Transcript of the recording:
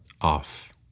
off